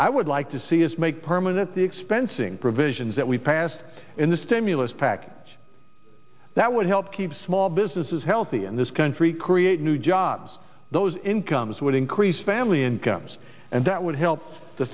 i would like to see is make permanent the expensing provisions that we passed in the stimulus package that would help keep small businesses healthy in this country create new jobs those incomes would increase family incomes and that would help the